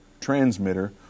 transmitter